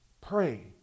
Pray